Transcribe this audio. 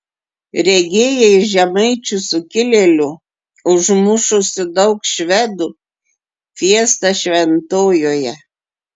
regėjai žemaičių sukilėlių užmušusių daug švedų fiestą šventojoje